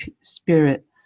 spirit